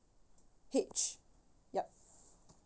H yup